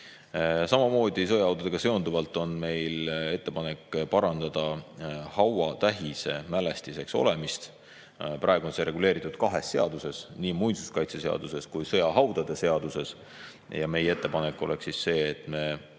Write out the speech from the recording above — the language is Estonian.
Samamoodi sõjahaudadega seonduvalt on meil ettepanek parandada hauatähise mälestiseks olemist. Praegu on see reguleeritud kahes seaduses, nii muinsuskaitseseaduses kui ka sõjahaudade seaduses. Meie ettepanek on lõpetada